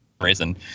reason